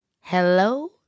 Hello